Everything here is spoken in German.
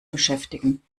beschäftigen